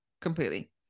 completely